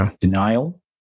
denial